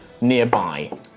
nearby